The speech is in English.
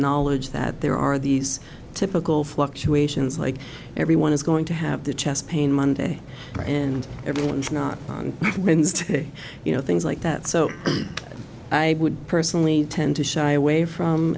knowledge that there are these typical fluctuations like everyone is going to have the chest pain monday and everyone's not on wednesday you know things like that so i would personally tend to shy away from